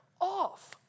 off